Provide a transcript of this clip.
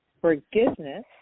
Forgiveness